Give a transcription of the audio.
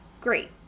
great